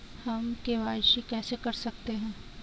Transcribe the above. हम के.वाई.सी कैसे कर सकते हैं?